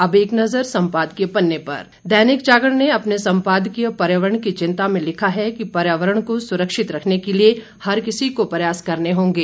अब एक नज़र संपादकीय पन्ने पर दैनिक जागरण ने अपने सम्पादकीय पर्यावरण की चिंता में लिखा है कि पर्यावरण को सुरक्षित रखने के लिए हर किसी को प्रयास करने होंगे